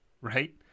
right